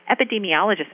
epidemiologists